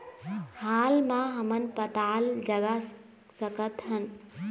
हाल मा हमन पताल जगा सकतहन?